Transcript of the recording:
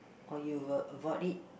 or you will avoid it